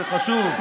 זה חשוב.